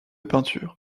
peinture